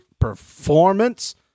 performance